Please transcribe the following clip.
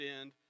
end